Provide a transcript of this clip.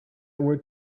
would